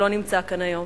שלא נמצא כאן היום.